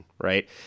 right